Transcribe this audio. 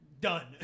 Done